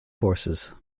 forces